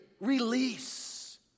release